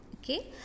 Okay